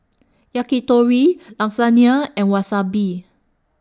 Yakitori Lasagna and Wasabi